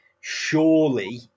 surely